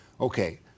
Okay